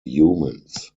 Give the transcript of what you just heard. humans